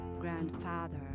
grandfather